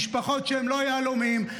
משפחות שהן לא יהלומים,